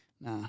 nah